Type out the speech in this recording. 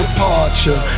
Departure